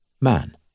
man